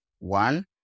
One